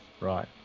right